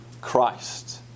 Christ